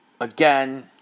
Again